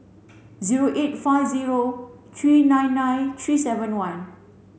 zero eight five zero three nine nine three seven one